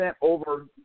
over